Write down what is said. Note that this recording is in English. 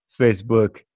Facebook